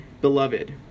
beloved